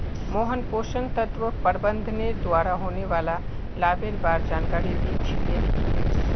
मोहन पोषण तत्व प्रबंधनेर द्वारा होने वाला लाभेर बार जानकारी दी छि ले